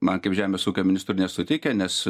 man kaip žemės ūkio ministrui nesuteikia nes